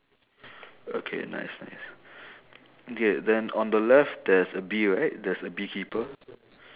okay nice nice okay then on the left there's a bee right there's a bee keeper